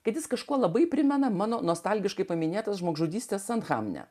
kad jis kažkuo labai primena mano nostalgiškai paminėtos žmogžudystės ansamblio